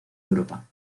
europa